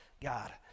God